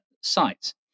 sites